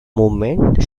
movement